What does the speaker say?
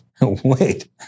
Wait